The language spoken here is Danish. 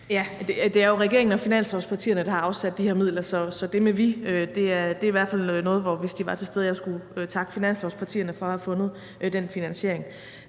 Ja, det er jo regeringen og finanslovspartierne, der har afsat de her midler, så i forhold til det med »vi« er det i hvert fald noget, hvor jeg, hvis de var til stede, skulle takke finanslovspartierne for at have fundet den finansiering.